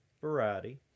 variety